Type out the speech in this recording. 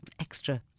extra